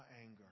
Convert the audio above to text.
anger